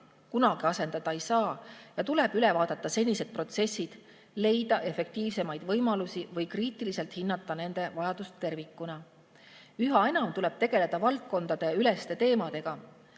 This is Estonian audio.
kunagi asendada ei saa ja tuleb üle vaadata senised protsessid, leida efektiivsemaid võimalusi või kriitiliselt hinnata nende vajadust tervikuna. Üha enam tuleb tegeleda valdkondadeüleste teemadega,